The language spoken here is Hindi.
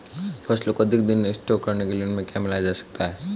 फसलों को अधिक दिनों तक स्टोर करने के लिए उनमें क्या मिलाया जा सकता है?